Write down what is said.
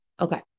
Okay